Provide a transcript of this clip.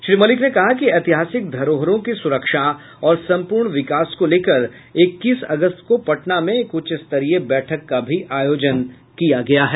श्री मल्लिक ने कहा कि ऐतिहासिक धरोहरों की सुरक्षा और सम्पूर्ण विकास को लेकर इक्कीस अगस्त को पटना में एक उच्च स्तरीय बैठक का भी आयोजन किया गया है